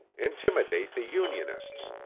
intimidate the unionists,